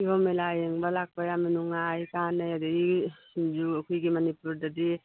ꯀꯤꯍꯣꯝ ꯃꯦꯂꯥ ꯌꯦꯡꯕ ꯂꯥꯛꯄ ꯌꯥꯝꯅ ꯅꯨꯡꯉꯥꯏ ꯀꯥꯟꯅꯩ ꯑꯗꯩꯗꯤ ꯁꯤꯡꯖꯨ ꯑꯩꯈꯣꯏ ꯃꯅꯤꯄꯨꯔꯗꯗꯤ